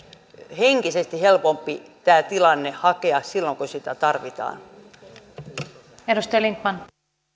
henkisesti helpompi tämä tilanne hakea silloin kun sitä tarvitaan